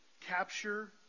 capture